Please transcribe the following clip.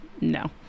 no